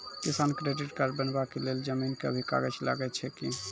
किसान credit card बनबा के लेल जमीन के भी कागज लागै छै कि?